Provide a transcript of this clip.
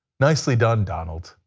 nicely done, donald.